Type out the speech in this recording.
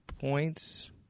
points